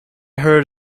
heard